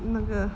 那个